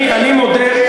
בשבילכם הדמוקרטיה.